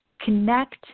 Connect